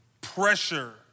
pressure